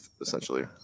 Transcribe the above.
Essentially